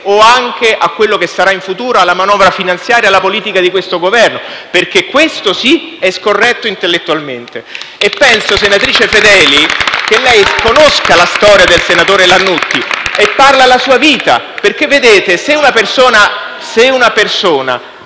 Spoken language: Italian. o anche a quello che sarà in futuro, alla manovra finanziaria, alla politica di questo Governo, perché questo, sì, è scorretto intellettualmente. *(Applausi dal Gruppo M5S)*. Penso, senatrice Fedeli, che lei conosca la storia del senatore Lannutti e parla la sua vita, perché se una persona